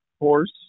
horse